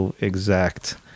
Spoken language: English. exact